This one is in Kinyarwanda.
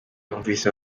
yumvise